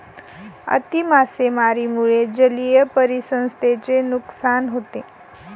अति मासेमारीमुळे जलीय परिसंस्थेचे नुकसान होते